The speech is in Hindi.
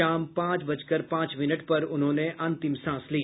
शाम पांच बजकर पांच मिनट पर उन्होंने अंतिम सांस ली